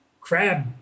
crab